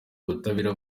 ubutabera